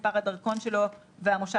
אולי במציאות יהיה צורך כזה.